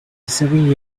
seven